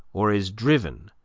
or is driven,